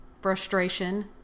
frustration